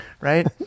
right